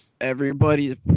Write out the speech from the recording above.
everybody's